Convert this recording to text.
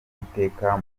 iteka